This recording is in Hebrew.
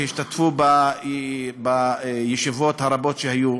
שהשתתפו בישיבות הרבות שהיו,